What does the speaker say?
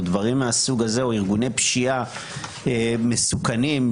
ארגוני פשיעה מסוכנים,